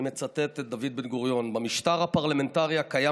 אני מצטט את דוד בן-גוריון: במשטר הפרלמנטרי הקיים